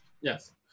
Yes